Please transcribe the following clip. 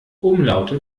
umlaute